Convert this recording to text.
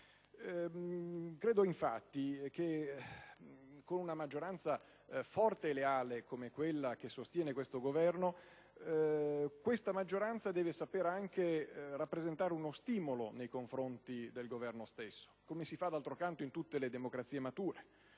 credo che con una maggioranza così ampia e leale come quella che sostiene il Governo, noi si debba saper anche rappresentare uno stimolo nei confronti del Governo stesso, come si fa d'altro canto in tutte le democrazie mature;